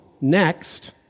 next